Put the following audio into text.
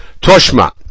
Toshma